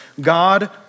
God